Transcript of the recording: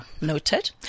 Noted